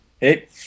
Hey